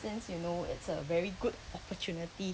since you know it's a very good opportunity